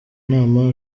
nama